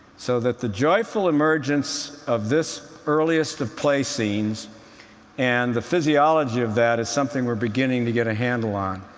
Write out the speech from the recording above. so that the joyful emergence of this earliest of play scenes and the physiology of that is something we're beginning to get a handle on.